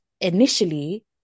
initially